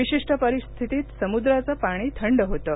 विशिष्ट परिस्थितीत समुद्राचं पाणी थंड होतं